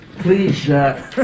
Please